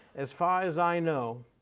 as far as i know,